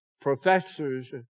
professors